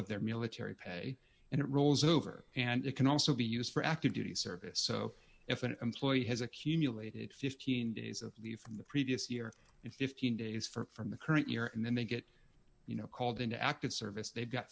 of their military pay and it rolls over and it can also be used for active duty service so if an employee has accumulated fifteen days of leave from the previous year and fifteen days for from the current year and then they get you know called into active service they've got